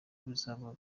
bizaba